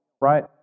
right